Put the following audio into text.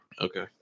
Okay